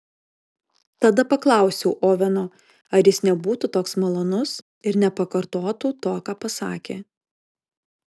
tada paklausiau oveno ar jis nebūtų toks malonus ir nepakartotų to ką pasakė